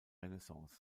renaissance